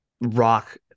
rock